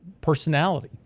personality